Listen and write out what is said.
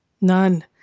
none